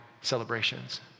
celebrations